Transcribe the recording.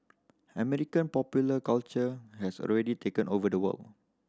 American popular culture has already taken over the world